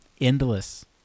endless